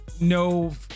no